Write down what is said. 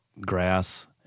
grass